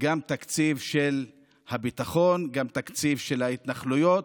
גם תקציב של הביטחון, גם תקציב של ההתנחלויות,